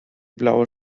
blaue